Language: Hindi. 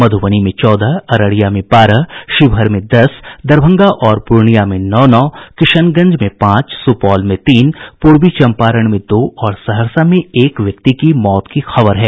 मध्रबनी में चौदह अररिया में बारह शिवहर में दस दरभंगा और पूर्णिया में नौ नौ किशनगंज में पांच सुपौल में तीन पूर्वी चंपारण में दो और सहरसा में एक व्यक्ति की मौत की खबर है